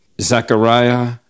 Zechariah